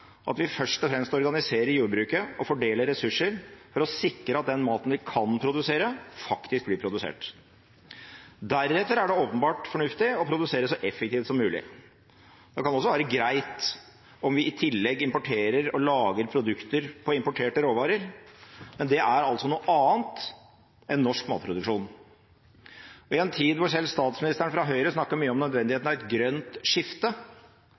at vi først og fremst organiserer jordbruket og fordeler ressurser for å sikre at den maten vi kan produsere, faktisk blir produsert. Deretter er det åpenbart fornuftig å produsere så effektivt som mulig. Det kan også være greit om vi i tillegg importerer og lager produkter på importerte råvarer, men det er altså noe annet enn norsk matproduksjon. Og i en tid hvor selv statsministeren fra Høyre snakker mye om nødvendigheten av et grønt skifte,